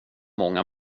många